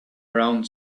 around